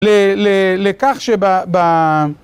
לכך שב...